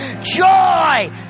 Joy